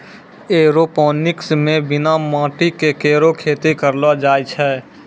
aeroponics म बिना माटी केरो खेती करलो जाय छै